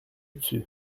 dessus